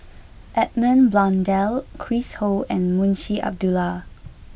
Edmund Blundell Chris Ho and Munshi Abdullah